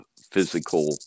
physical